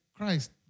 Christ